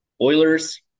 Oilers